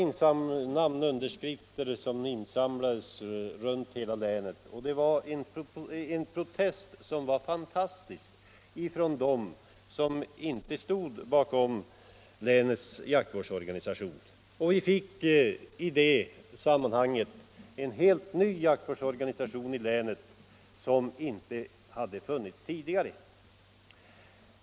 Namnunderskrifter insamlades runt hela länet. Det var en helt fantastisk protestaktion som genomfördes och vi fick i det sammanhanget en helt ny jaktvårdsorganisation i länet, en som alltså inte hade funnits där tidigare.